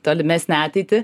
tolimesnę ateitį